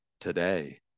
today